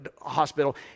hospital